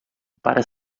para